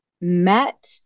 met